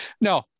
No